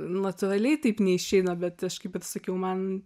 natūraliai taip neišeina bet aš kaip ir sakiau man